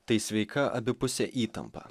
tai sveika abipusė įtampa